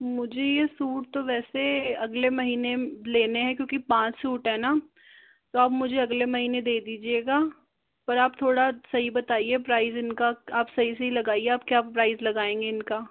मुझे यह सूट तो वैसे अगले महीने लेने हैं क्योंकि पाँच सूट हैं न तो आप मुझे अगले महीने दे दीजिएगा पर आप थोड़ा सही बताइये प्राइस प्राइस इनका आप सही सही लगाइए आप क्या प्राइस लगाएंगे इनका